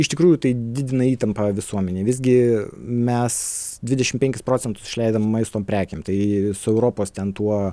iš tikrųjų tai didina įtampą visuomenėj visgi mes dvidešim penkis procentus išleidom maisto prekėm tai su europos ten tuo